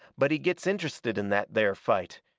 but he gets interested in that there fight,